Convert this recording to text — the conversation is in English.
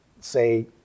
say